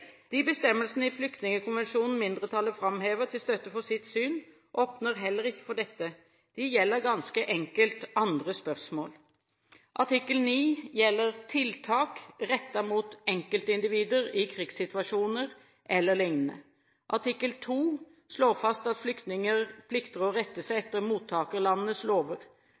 De bestemmelsene i Flyktningkonvensjonen mindretallet framhever til støtte for sitt syn, åpner heller ikke for dette. De gjelder ganske enkelt andre spørsmål. Artikkel 9 gjelder tiltak rettet mot enkeltindivider i krigssituasjoner eller lignende. Artikkel 2 slår fast at flyktninger plikter å rette seg etter mottakerlandets lover.